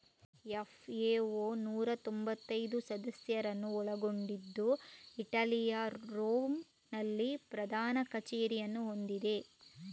FAO ನೂರಾ ತೊಂಭತ್ತೈದು ಸದಸ್ಯರನ್ನು ಒಳಗೊಂಡಿದ್ದು ಇಟಲಿಯ ರೋಮ್ ನಲ್ಲಿ ಪ್ರಧಾನ ಕಚೇರಿಯನ್ನು ಹೊಂದಿದೆ